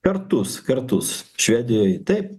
kartus kartus švedijoj taip